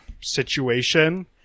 situation